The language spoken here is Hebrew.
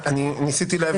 ניסיתי להבין,